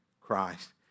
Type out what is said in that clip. Christ